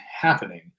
happening